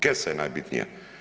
Kesa je najbitnija.